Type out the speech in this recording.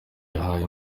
yahaye